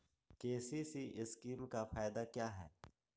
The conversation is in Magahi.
के.सी.सी स्कीम का फायदा क्या है?